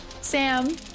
Sam